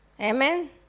Amen